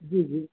जी जी